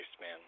man